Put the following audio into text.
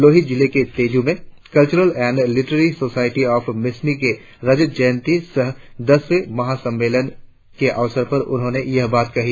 लोहित जिले के तेजू में cultural and literary society of Mishmi के रजत जयंती सह दसवें महासम्मेलन के अवसर पर उन्होंने यह बात कही